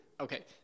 Okay